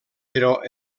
però